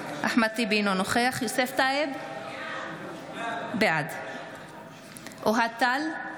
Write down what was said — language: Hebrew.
נגד אחמד טיבי, אינו נוכח יוסף טייב, בעד אוהד טל,